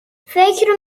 فکر